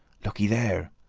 looky there!